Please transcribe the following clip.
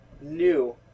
new